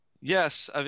Yes